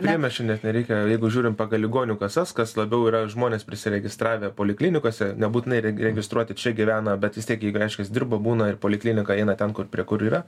priemiesčių net nereikia jeigu žiūrim pagal ligonių kasas kas labiau yra žmonės prisiregistravę poliklinikose nebūtinai registruoti čia gyvena bet vis tiek jeigu reiškias dirba būna ir į polikliniką eina ten kur prie kur yra